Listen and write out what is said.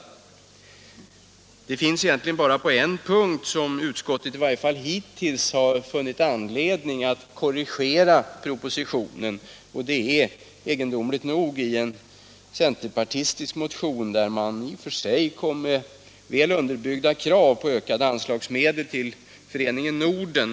Det är egentligen bara på en enda punkt där utskottet, i varje fall hittills, funnit anledning att korrigera propositionen. Det är egendomligt nog i anslutning till en centerpartistisk motion med i och för sig väl un Nr 84 derbyggda krav på ökade anslag till Föreningen Norden.